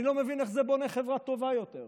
אני לא מבין איך זה בונה חברה טובה יותר,